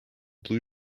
blue